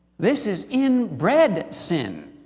this is inbred sin.